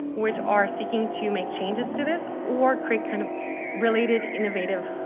which are seeking to make changes to this or create kind of related innovative